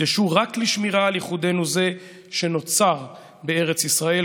הוקדשו רק לשמירה על איחודנו זה שנוצר בארץ ישראל",